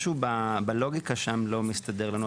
משהו בלוגיקה שם לא מסתדר לנו.